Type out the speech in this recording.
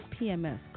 PMS